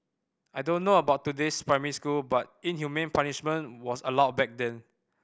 I don't know about today's primary school but inhumane punishment was allowed back then